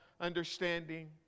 understanding